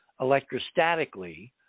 electrostatically